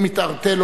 הצעת חוק.